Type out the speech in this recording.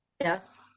Yes